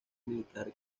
militar